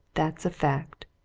that's a fact!